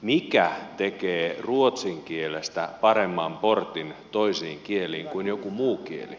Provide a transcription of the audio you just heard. mikä tekee ruotsin kielestä paremman portin toisiin kieliin kuin jokin muu kieli